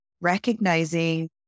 recognizing